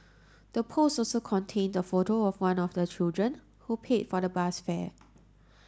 the post also contained a photo of one of the children who paid for the bus fare